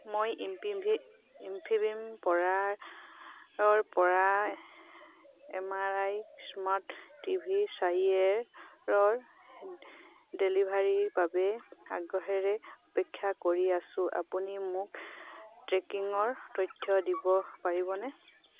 মই ইনফিবিমৰপৰা M I smart TV চাৰিৰে ডেলিভাৰীৰ বাবে আগ্ৰহেৰে অপেক্ষা কৰি আছোঁ আপুনি মোক ট্ৰেকিঙৰ তথ্য দিব পাৰিবনে